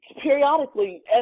periodically